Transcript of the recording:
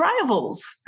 rivals